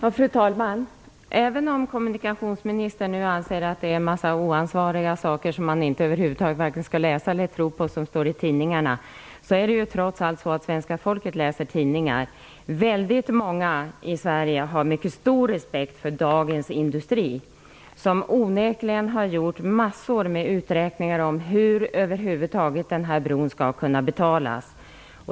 Fru talman! Även om kommunikationsministern nu anser att det står en massa oansvariga saker i tidningarna, som man varken skall läsa eller tro på, är det så att svenska folket läser tidningar. Väldigt många i Sverige har mycket stor respekt för Dagens Industri, som onekligen har gjort massor med uträkningar om hur den här bron över huvud taget skall kunna betalas.